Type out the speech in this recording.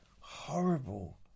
Horrible